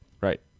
Right